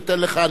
אני רוצה,